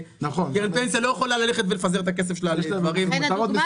קרן פנסיה לא יכולה ללכת ולפזר את הכסף שלה על דברים --- נכון,